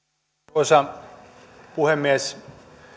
arvoisa puhemies